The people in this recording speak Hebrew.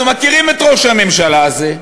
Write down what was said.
אנחנו מכירים את ראש הממשלה הזה.